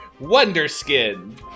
Wonderskin